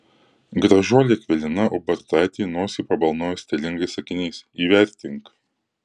gražuolė akvilina ubartaitė nosį pabalnojo stilingais akiniais įvertink